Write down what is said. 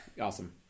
Awesome